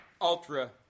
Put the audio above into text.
ultra